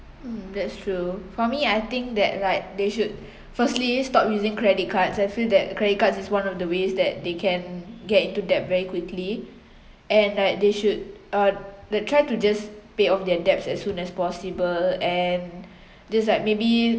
mm that's true for me I think that like they should firstly stop using credit cards I feel that credit cards is one of the ways that they can get into debt very quickly and like they should uh the try to just pay off their debts as soon as possible and just like maybe